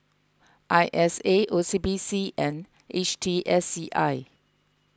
I S A O C B C and H T S C I